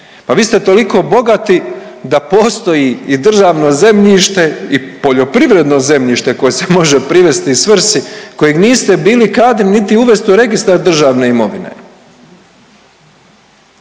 pa vi ste toliko bogati da postoji i državno zemljište i poljoprivredno zemljište koje se može privesti svrsi kojeg niste bili kadri niti uvesti u registar državne imovine.